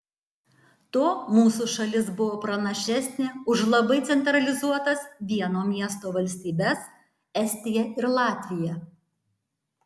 tuo mūsų šalis buvo pranašesnė už labai centralizuotas vieno miesto valstybes estiją ir latviją